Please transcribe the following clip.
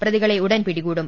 പ്രതികളെ ഉടൻ പിടികൂ ടും